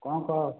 କ'ଣ କହ